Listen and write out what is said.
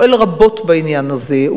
פועל רבות בעניין הזה.